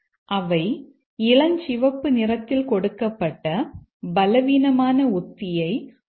அவை இளஞ்சிவப்பு நிறத்தில் கொடுக்கப்பட்ட பலவீனமான உத்தியை உள்ளடக்குகின்றன